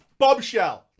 Bobshell